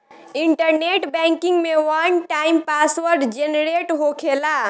internet banking में one time password generate होखेला